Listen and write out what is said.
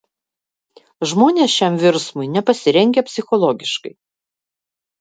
žmonės šiam virsmui nepasirengę psichologiškai